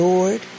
Lord